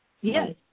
Yes